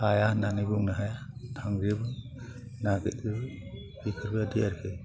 हाया होनानै बुंनो हाया थांजोबो नागिरोबो बेफोरबायदि आरोखि